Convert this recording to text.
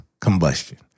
combustion